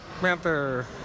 Panther